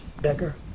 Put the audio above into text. beggar